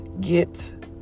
get